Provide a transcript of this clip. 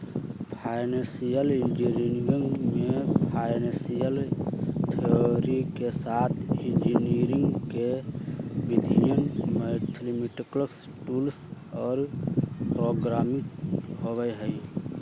financial engineering में financial theory के साथ इंजीनियरिंग के विधियन, मैथेमैटिक्स टूल्स और प्रोग्रामिंग होबा हई